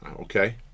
Okay